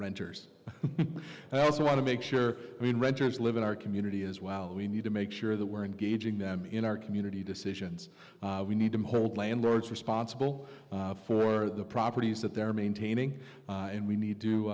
renters and i also want to make sure i mean renters live in our community as well we need to make sure that we're engaging them in our community decisions we need to hold landlords responsible for the properties that they're maintaining and we need to